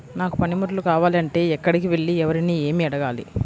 నాకు పనిముట్లు కావాలి అంటే ఎక్కడికి వెళ్లి ఎవరిని ఏమి అడగాలి?